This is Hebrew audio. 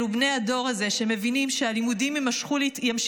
אלו בני הדור הזה שמבינים שהלימודים ימשיכו